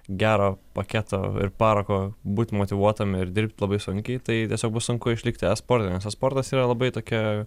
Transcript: gero paketo ir parako būti motyvuotam ir dirbti labai sunkiai tai tiesiog bus sunku išlikti esporte nes esportas yra labai tokia